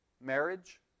marriage